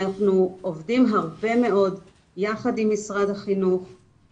אנחנו עובדים הרבה מאוד יחד עם משרד החינוך,